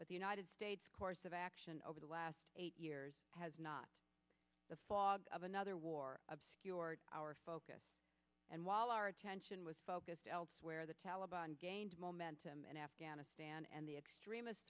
but the united states course of action over the last eight years has not the fog of another war obscured our focus and while our attention was focused elsewhere the taliban gained momentum in afghanistan and the extremist